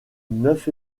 neuf